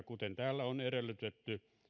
kuten täällä on edellytetty